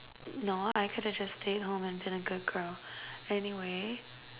no I could have just stayed at home and been a good girl anyway